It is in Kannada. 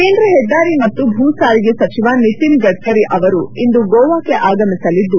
ಕೇಂದ್ರ ಹೆದ್ದಾರಿ ಮತ್ತು ಭೂ ಸಾರಿಗೆ ಸಚಿವ ನಿತಿನ್ ಗಡ್ಡರಿ ಅವರು ಇಂದು ಗೋವಾಕ್ಕೆ ಆಗಮಿಸಲಿದ್ದು